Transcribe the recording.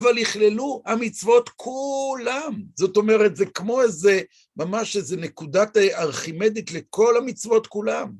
אבל יכללו המצוות כולם, זאת אומרת, זה כמו איזה, ממש איזה נקודת ארכימדית לכל המצוות כולם.